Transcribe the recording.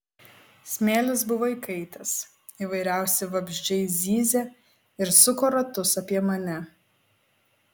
smėlis buvo įkaitęs įvairiausi vabzdžiai zyzė ir suko ratus apie mane